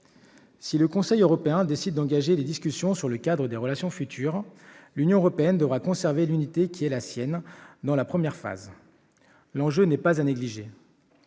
Si le Conseil européen décide d'engager des discussions quant au cadre des relations futures, l'Union européenne devra conserver l'unité qui a été la sienne pendant la première phase. L'enjeu n'est pas à négliger.